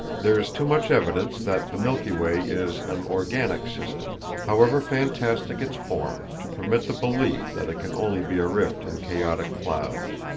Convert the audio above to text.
there is too much evidence that the milky way is an organic system, however fantastic its form, to permit the belief that it can only be a rift in chaotic clouds.